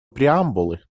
преамбулы